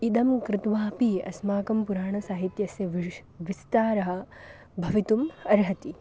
इदं कृत्वापि अस्माकं पुराणसाहित्यस्य विषयः विस्तारः भवितुम् अर्हति